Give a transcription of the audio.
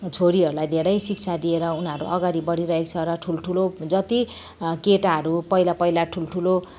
छोरीहरूलाई धेरै शिक्षा दिएर उनीहरू अगाडि बढिरहेछ र ठुलठुलो जति केटाहरू पहिला पहिला ठुलठुलो